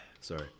Sorry